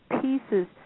pieces